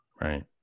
Right